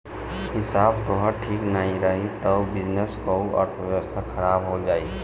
हिसाब तोहार ठीक नाइ रही तअ बिजनेस कअ अर्थव्यवस्था खराब हो जाई